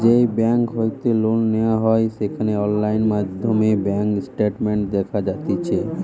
যেই বেংক হইতে লোন নেওয়া হয় সেখানে অনলাইন মাধ্যমে ব্যাঙ্ক স্টেটমেন্ট দেখা যাতিছে